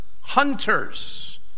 hunters